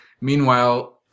Meanwhile